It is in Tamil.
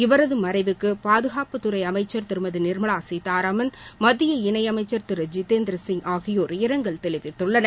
இவரது மறைவுக்கு பாதுகாப்புத்துறை அமைச்ச் திருமதி நிா்மவா சீதாராமன் மத்திய இணையமைச்ச் திரு ஜிஜேந்திர சிங் ஆகியோர் இரங்கல் தெரிவித்துள்ளனர்